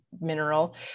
mineral